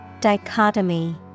Dichotomy